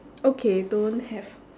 okay don't have